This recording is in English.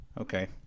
Okay